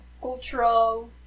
cultural